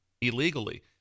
illegally